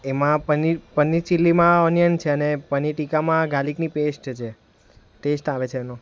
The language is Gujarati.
એમાં પનીર પનીર ચિલીમાં ઓનિયન છે અને પનીર ટીકામાં ગાર્લિકની પેસ્ટ છે ટેસ્ટ આવે છે એનો